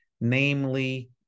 namely